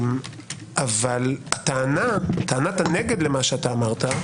טענת הנגד למה שאמרת,